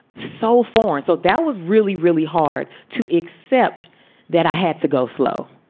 soulforce. so that was really, really hard to accept that i had to go slow.